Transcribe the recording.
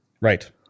right